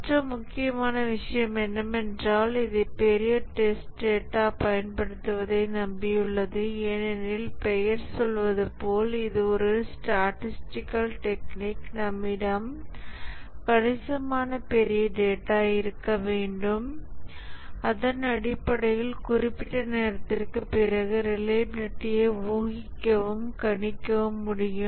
மற்ற முக்கியமான விஷயம் என்னவென்றால் இது பெரிய டெஸ்ட் டேட்டாப் பயன்படுத்துவதை நம்பியுள்ளது ஏனெனில் பெயர் சொல்வது போல் இது ஒரு ஸ்டடிஸ்டிகல் டெக்னிக் நம்மிடம் கணிசமான பெரிய டேட்டா இருக்க வேண்டும் அதன் அடிப்படையில் குறிப்பிட்ட நேரத்திற்குப் பிறகு ரிலையபிலிடியை ஊகிக்கவும் கணிக்கவும் முடியும்